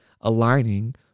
aligning